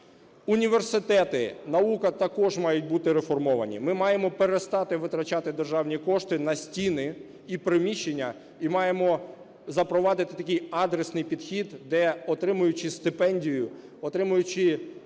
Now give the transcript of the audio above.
Університети, наука також мають бути реформовані. Ми маємо перестати витрачати державні кошти на стіни і приміщення і маємо запровадити такий адресний підхід, де, отримуючи стипендію, отримуючи інші